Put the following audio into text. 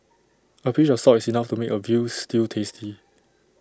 A pinch of salt is enough to make A Veal Stew tasty